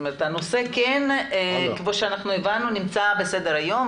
הנושא כן נמצא בסדר היום,